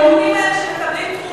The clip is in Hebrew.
ואותם הארגונים האלה שמקבלים תרומות,